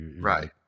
right